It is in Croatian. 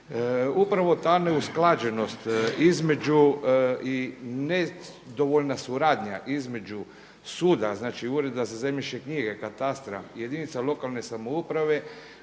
Upravo ta neusklađenost između i nedovoljna suradnja između suda, znači Ureda za zemljišne knjige, katastra, jedinica lokalne samouprave